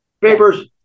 papers